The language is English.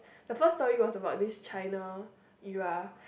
the first story was about this China era